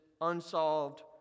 unsolved